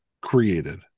created